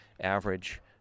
average